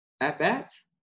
at-bats